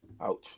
Ouch